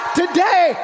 today